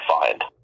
find